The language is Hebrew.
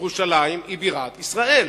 ירושלים היא בירת ישראל.